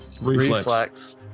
Reflex